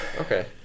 Okay